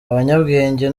abanyabwenge